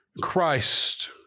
Christ